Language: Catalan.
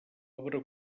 obra